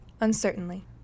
uncertainly